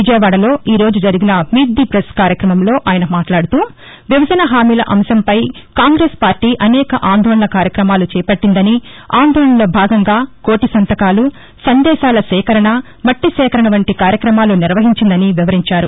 విజయవాదలో ఈ రోజు జరిగిన మీట్ ది పెస్ కార్యక్రమంలో ఆయన మాట్లాడుతూవిభజన హామీల అంశంపై కాంగ్రెస్ పార్టీ అనేక అందోళన కార్యక్రమాలు చేపట్టిందనిఆందోళనలో భాగంగా కోటి సంతకాలు సందేశాల సేకరణ మట్టి సేకరణ వంటి కార్యక్రమాలు నిర్వహించిందని వివరించారు